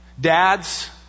Dads